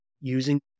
using